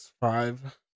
five